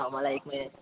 हो मला एक म